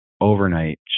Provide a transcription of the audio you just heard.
overnight